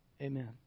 Amen